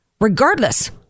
regardless